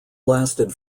lasted